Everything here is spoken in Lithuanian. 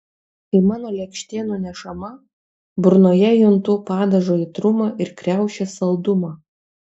kai mano lėkštė nunešama burnoje juntu padažo aitrumą ir kriaušės saldumą